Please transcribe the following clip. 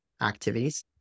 activities